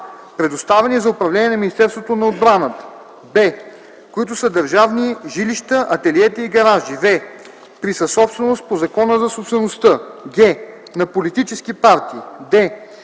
а) предоставени за управление на Министерството на отбраната; б) които са държавни жилища, ателиета и гаражи; в) при съсобственост по Закона за собствеността; г) на политически партии; д)